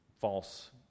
false